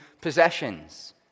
possessions